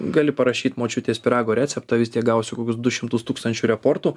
gali parašyt močiutės pyrago receptą vis tiek gausi kokius du šimtus tūkstančių reportų